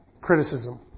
criticism